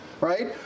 right